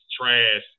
trash